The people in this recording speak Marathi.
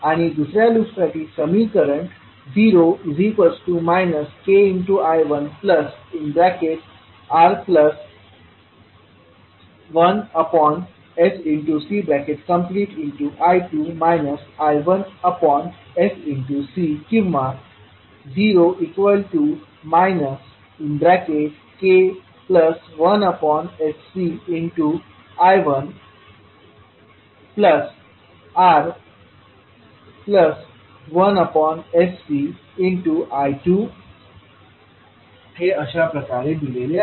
आणि दुसऱ्या लूपसाठी समीकरण 0 kI1R1sCI2 I1sC किंवा 0 k1sCI1R1sCI2 हे अशा प्रकारे दिलेले आहे